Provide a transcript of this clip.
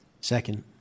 Second